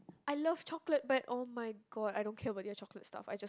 I love chocolate but [oh]-my-god I don't care about their chocolate stuff I just